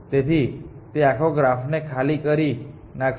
તેથી તે આખો ગ્રાફ ને ખાલી કરી નાખશે